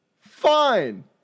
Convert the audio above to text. fine